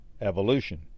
evolution